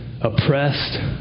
oppressed